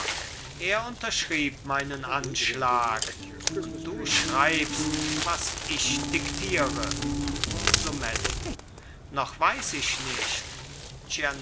er unterschrieb meinen anschlag und du schreibst was ich diktiere lomellin noch weiß ich nicht